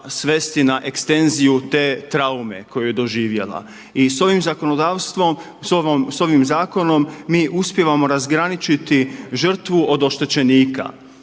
svesti na ekstenziju te traume koju je doživjela. I sa ovim zakonom mi uspijevamo razgraničiti žrtvu od oštečenika.